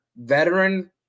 veteran